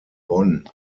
bonn